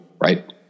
Right